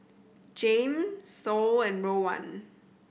Jame Sol and Rowan